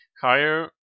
higher